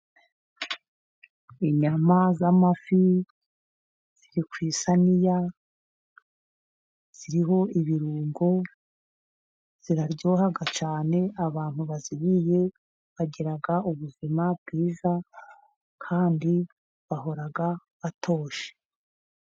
Unyama z'amafi ziri ku isiniya ziriho ibirungo ziraryoha cyane abantu baziriye bagira ubuzima bwiza kandi bahora batoshye.